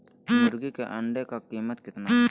मुर्गी के अंडे का कीमत कितना है?